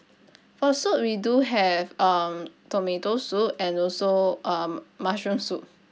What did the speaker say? oh soup we do have um tomato soup and also um mushroom soup